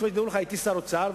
כידוע לך הייתי שר האוצר,